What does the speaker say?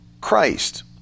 Christ